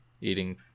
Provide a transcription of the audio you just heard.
eating